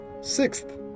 Sixth